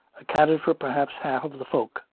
accounted for per haps half of the folk.